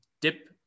dip